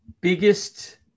biggest